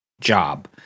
job